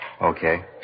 Okay